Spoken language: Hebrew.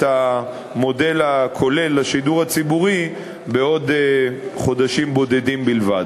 המודל הכולל לשידור הציבורי בעוד חודשים בודדים בלבד.